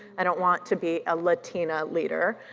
i don't want to be a latina leader,